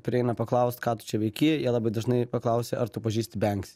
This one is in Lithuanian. prieina paklaust ką tu čia veiki jie labai dažnai paklausė ar tu pažįsti benksi